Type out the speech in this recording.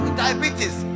diabetes